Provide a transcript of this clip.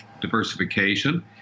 diversification